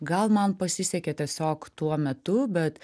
gal man pasisekė tiesiog tuo metu bet